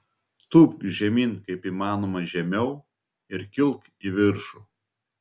tūpk žemyn kaip įmanoma žemiau ir kilk į viršų